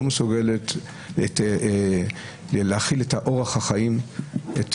לא מסוגלת להכיל את אורח החיים שהוא רגיל אליו,